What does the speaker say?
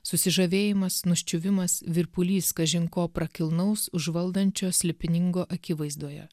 susižavėjimas nusčiuvimas virpulys kažin ko prakilnaus užvaldančio slėpiningo akivaizdoje